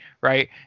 right